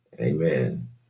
amen